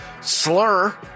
slur